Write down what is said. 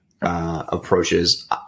approaches